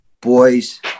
boys